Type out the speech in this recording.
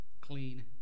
clean